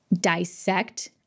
dissect